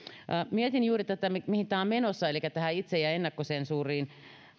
mietin juuri tätä mihin tämä on menossa elikkä tähän itse ja ennakkosensuuriin